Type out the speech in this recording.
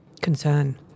Concern